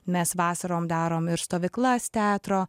mes vasarom darom ir stovyklas teatro